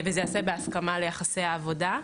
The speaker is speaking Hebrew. וזה ייעשה בהסכמה ליחסי העבודה.